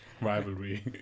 rivalry